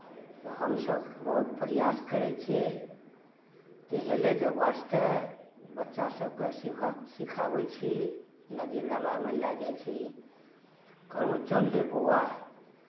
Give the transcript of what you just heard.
तऽ हमसब बहुत प्रयास करै छियै कि हेलयके वास्ते बच्चा सभकेँ सिखा सिखाबै छी नदी नालामे लए जाइ छी कहलहुँ चल रे बौआ